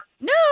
No